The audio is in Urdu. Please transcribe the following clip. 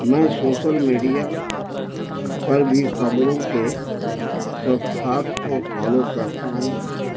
میں سوسل میڈیا پر بھی خبروں کے صفحات کو فالو کرتا ہوں